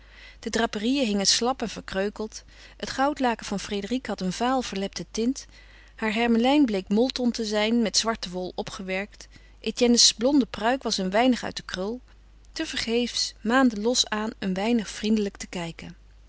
de draperieën hingen slap en verkreukeld het goudlaken van frédérique had een vaal verlepte tint haar hermelijn bleek molton te zijn met zwarte wol opgewerkt etienne's blonde pruik was een weinig uit de krul tevergeefs maande losch aan een weinig vriendelijk te kijken